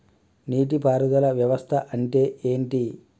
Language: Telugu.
నీటి పారుదల వ్యవస్థ అంటే ఏంటి?